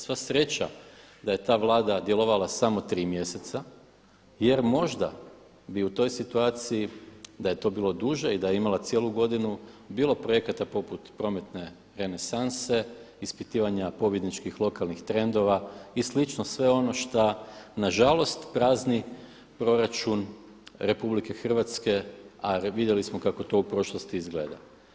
Sva sreća da je ta Vlada djelovala samo tri mjeseca jer možda bi u toj situaciji da je to bilo duže i da je imala cijelu godinu bilo projekata poput prometne renesanse, ispitivanja pobjedničkih lokalnih trendova i slično sve ono šta nažalost prazni proračun RH a vidjeli smo kako to u prošlosti izgleda.